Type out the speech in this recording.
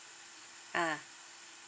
ah